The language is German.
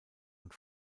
und